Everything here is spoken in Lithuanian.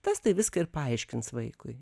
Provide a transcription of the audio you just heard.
tas tai viską ir paaiškins vaikui